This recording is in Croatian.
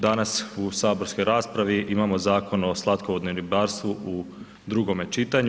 Danas u saborskoj raspravi imamo Zakon o slatkovodnom ribarstvu u drugome čitanju.